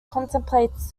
contemplates